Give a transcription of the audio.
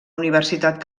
universitat